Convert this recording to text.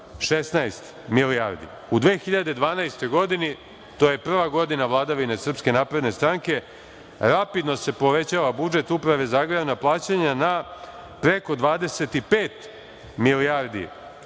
16 milijardi. U 2012. godini, to je prva godina vladavine SNS rapidno se povećava budžet Uprave za agrarna plaćanja na preko 25 milijardi